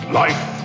life